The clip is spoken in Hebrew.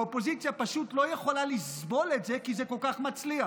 והאופוזיציה פשוט לא יכולה לסבול את זה כי זה כל כך מצליח.